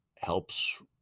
helps